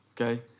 okay